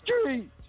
Street